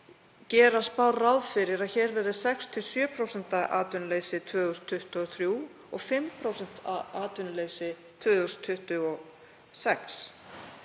gera spár ráð fyrir að hér verði 6–7% atvinnuleysi 2023 og 5% atvinnuleysi 2026.